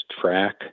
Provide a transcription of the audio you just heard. track